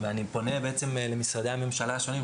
אני פונה למשרדי הממשלה השונים,